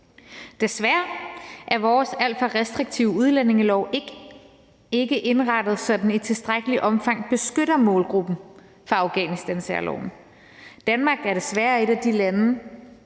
Desværre er vores alt for restriktive udlændingelov ikke indrettet, så den i tilstrækkeligt omfang beskytter målgruppen for Afghanistansærloven. Danmark er desværre et af de lande,